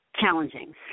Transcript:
challenging